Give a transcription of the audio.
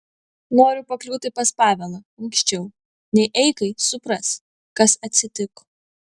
noriu pakliūti pas pavelą anksčiau nei eikai supras kas atsitiko